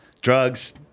Drugs